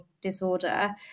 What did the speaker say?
disorder